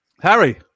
Harry